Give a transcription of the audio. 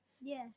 Yes